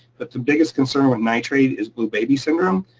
but the biggest concern with nitrate is blue baby syndrome.